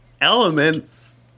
elements